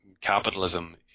capitalism